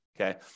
okay